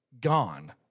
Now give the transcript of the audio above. gone